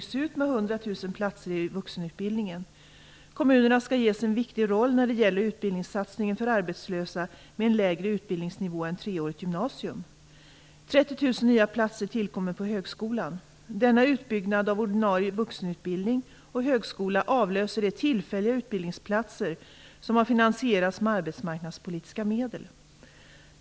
Kommunerna skall ges en viktig roll när det gäller utbildningssatsningen för arbetslösa med en lägre utbildningsnivå än 3-årigt gymnasium. 30 000 nya platser tillkommer i högskolan. Denna utbyggnad av ordinarie vuxenutbildning och högskola avlöser de tillfälliga utbildningsplatser som har finansierats med arbetsmarknadspolitiska medel.